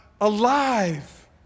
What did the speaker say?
alive